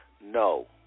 No